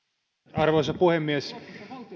arvoisa puhemies